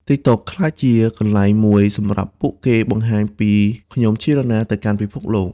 TikTok ក្លាយជាកន្លែងមួយសម្រាប់ពួកគេបង្ហាញពី "ខ្ញុំជានរណា" ទៅកាន់ពិភពលោក។